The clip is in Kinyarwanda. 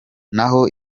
naho